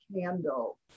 candle